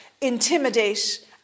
intimidate